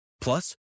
Plus